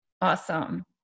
Awesome